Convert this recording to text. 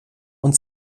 und